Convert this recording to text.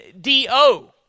D-O